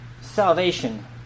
salvation –